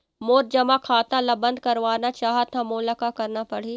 मोर जमा खाता ला बंद करवाना चाहत हव मोला का करना पड़ही?